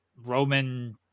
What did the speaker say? Roman